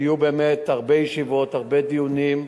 היו באמת הרבה ישיבות, הרבה דיונים.